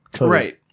right